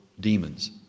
demons